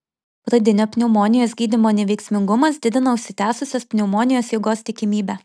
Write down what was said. pradinio pneumonijos gydymo neveiksmingumas didina užsitęsusios pneumonijos eigos tikimybę